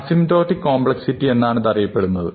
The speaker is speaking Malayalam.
asymptotic complexity എന്നാണിതറിയപ്പെടുന്നത്